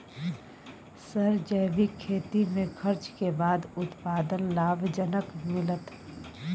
Sir जैविक खेती में खर्च के बाद उत्पादन लाभ जनक मिलत?